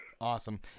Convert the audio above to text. Awesome